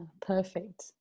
perfect